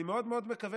אני מאוד מאוד מקווה